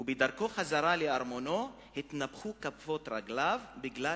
ובדרכו חזרה לארמונו התנפחו כפות רגליו בגלל